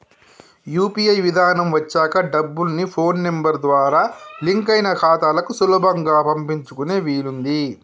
UPI విధానం వచ్చాక డబ్బుల్ని ఫోన్ నెంబర్ ద్వారా లింక్ అయిన ఖాతాలకు సులభంగా పంపించుకునే వీలుంది